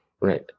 Right